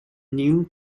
new